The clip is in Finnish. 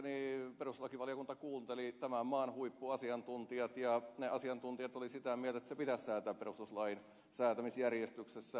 ymmärtääkseni perustuslakivaliokunta kuunteli tämän maan huippuasiantuntijat ja ne asiantuntijat olivat sitä mieltä että laki pitäisi säätää perustuslain säätämisjärjestyksessä